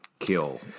kill